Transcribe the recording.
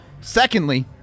Secondly